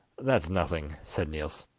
that's nothing said niels.